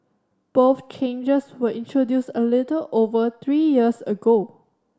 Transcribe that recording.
both changes were introduced a little over three years ago